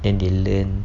and they learn